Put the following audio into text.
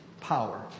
power